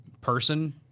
person